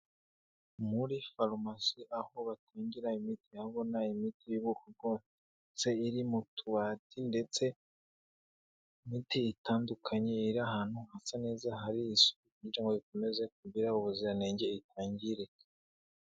Muri pharmacy aho batinjira imiti ndabona imiti y'ubwoko bwose iri mu tubati ndetse n'imiti itandukanye iri ahantu hasa neza hari isuku, kugira ngo ikomeze kugira ubuziranenge itangirika.